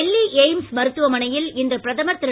Delhi AIIMS மருத்துவமனையில் இன்று பிரதமர் திரு